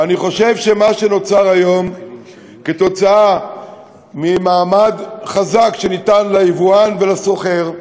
ואני חושב שמה שנוצר היום עקב מעמד חזק שניתן ליבואן ולסוחר,